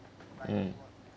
mm